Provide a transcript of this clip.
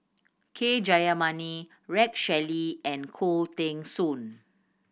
K Jayamani Rex Shelley and Khoo Teng Soon